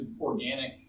organic